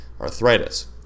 arthritis